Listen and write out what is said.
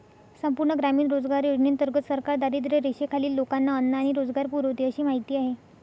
संपूर्ण ग्रामीण रोजगार योजनेंतर्गत सरकार दारिद्र्यरेषेखालील लोकांना अन्न आणि रोजगार पुरवते अशी माहिती आहे